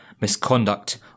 misconduct